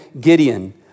Gideon